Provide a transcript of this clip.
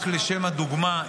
רק לשם הדוגמה,